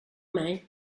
mig